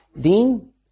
Dean